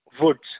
woods